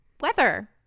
weather